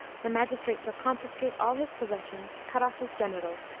the magistrate shall confiscate all his possessions, cut off his genitals,